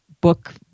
book